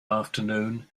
afternoon